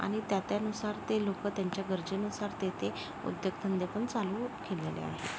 आणि त्या त्यानुसार ते लोकं त्यांच्या गरजेनुसार ते ते उद्योगधंदे पण चालू केलेले आहेत